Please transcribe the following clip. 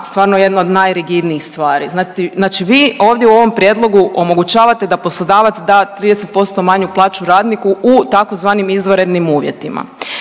stvarno jedna od najrigidnijih stvari, znači vi ovdje u ovom Prijedlogu omogućavate da poslodavac da 30% manju plaću radniku u tzv. izvanrednim uvjetima.